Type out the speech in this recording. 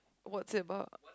what's it about